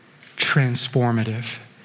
transformative